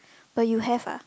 but you have ah